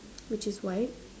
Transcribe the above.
which is white